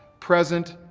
present,